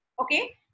Okay